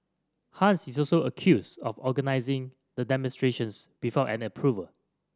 Hans is also accused of organising the demonstrations before an approval